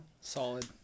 Solid